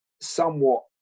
somewhat